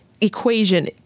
equation